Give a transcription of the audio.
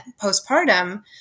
postpartum